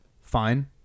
Fine